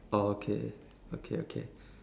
orh okay okay okay